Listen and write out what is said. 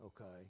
okay